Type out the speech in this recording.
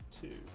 two